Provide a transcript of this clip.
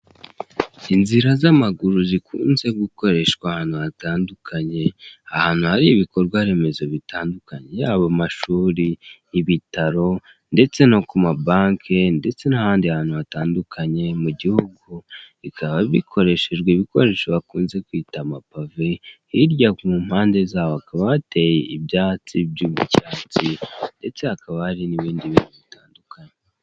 Inzira z'amaguru zikunze gukoreshwa ahantu hatandukanye, ahantu hari ibikorwa remezo bitandukanye, yaba amashuri, ibitari, ndetse no ku ma banke, ndetse n'ahandi hantu hatandukanye mu gihugu hose. Bikaba bikoreshejwe ibikoresho bakunze kwita amapave, hirya ku mpande zaho hakaba hateye ibyatsi byo mu cyatsi ndetse hakaba hari n'indi bintu bitandukanye.